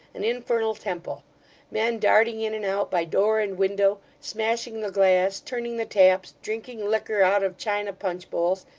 an infernal temple men darting in and out, by door and window, smashing the glass, turning the taps, drinking liquor out of china punchbowls,